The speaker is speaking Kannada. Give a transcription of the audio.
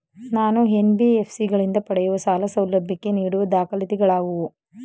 ನಾನು ಎನ್.ಬಿ.ಎಫ್.ಸಿ ಗಳಿಂದ ಪಡೆಯುವ ಸಾಲ ಸೌಲಭ್ಯಕ್ಕೆ ನೀಡುವ ದಾಖಲಾತಿಗಳಾವವು?